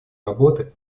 работы